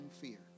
fear